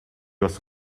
was